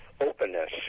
openness